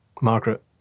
Margaret